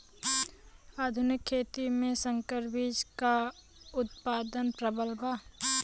आधुनिक खेती में संकर बीज क उतपादन प्रबल बा